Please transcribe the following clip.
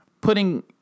Putting